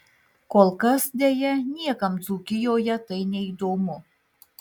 kol kas deja niekam dzūkijoje tai neįdomu